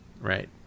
Right